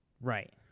Right